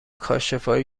کاشفایی